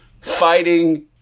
Fighting